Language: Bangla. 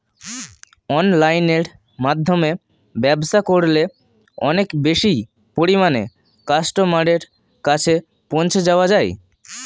অনলাইনের মাধ্যমে ব্যবসা করলে অনেক বেশি পরিমাণে কাস্টমারের কাছে পৌঁছে যাওয়া যায়?